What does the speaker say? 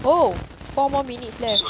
oh four more minutes left